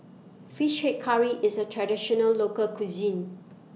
Fish Head Curry IS A Traditional Local Cuisine